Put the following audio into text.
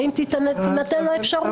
האם תינתן לו אפשרות?